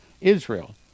Israel